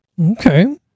Okay